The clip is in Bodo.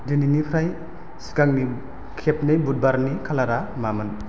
दिनैनिफ्राय सिगांनि खेबनै बुधबारनि खालारा मामोन